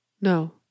No